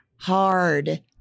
hard